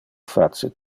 face